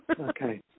Okay